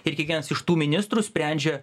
ir kiekvienas iš tų ministrų sprendžia